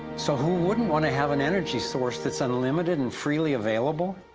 so who wouldn't want to have an energy source, that's unlimited and freely available?